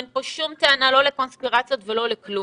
אין פה שום טענה לא לקונספירציות ולא לכלום.